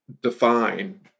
define